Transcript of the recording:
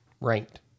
ranked